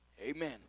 Amen